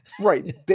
Right